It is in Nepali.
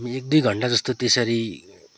एक दुई घन्टाजस्तो त्यसरी